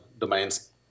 domains